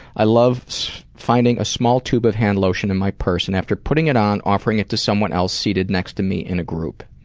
i love finding a small tube of hand lotion in my purse and after putting it on, offering it to someone else seated next to me in a group.